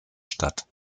statt